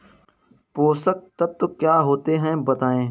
पोषक तत्व क्या होते हैं बताएँ?